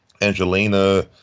Angelina